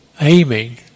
aiming